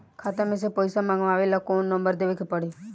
खाता मे से पईसा मँगवावे ला कौन नंबर देवे के पड़ी?